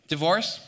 Divorce